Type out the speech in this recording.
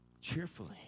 Cheerfully